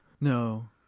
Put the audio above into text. No